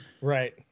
right